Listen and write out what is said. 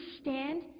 stand